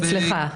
אצלך.